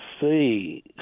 see